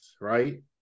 right